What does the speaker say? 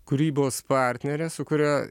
kūrybos partnerė su kuria